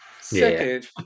Second